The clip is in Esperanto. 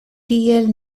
tiel